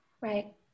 right